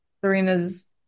Serena's